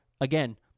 again